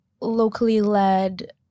locally-led